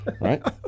right